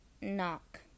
knock